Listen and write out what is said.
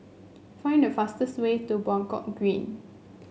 find the fastest way to Buangkok Green